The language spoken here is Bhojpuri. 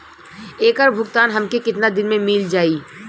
ऐकर भुगतान हमके कितना दिन में मील जाई?